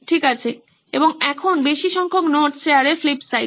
ঠিক আছে এবং এখন বেশি সংখ্যক নোটস শেয়ারের ফ্লিপ সাইড